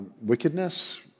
wickedness